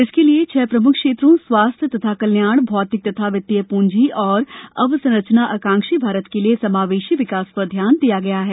इसके लिए छह प्रमुख क्षेत्रों स्वास्थ्य तथा कल्याण भौतिक तथा वित्तीय पुंजी और अवसंरचना आकांक्षी भारत के लिए समावेशी विकास पर ध्यान दिया गया है